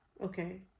Okay